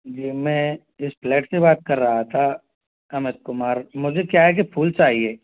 जी मैं इस फ्लैट से बात कर रहा था अमित कुमार मुझे क्या है कि फूल चाहिए